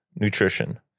nutrition